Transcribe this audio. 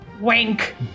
Wink